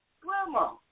grandma